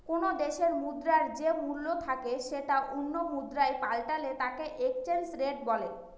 কোনো দেশে মুদ্রার যে মূল্য থাকে সেটা অন্য মুদ্রায় পাল্টালে তাকে এক্সচেঞ্জ রেট বলে